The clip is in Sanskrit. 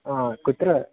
आ कुत्र